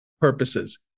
purposes